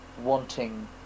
wanting